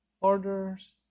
orders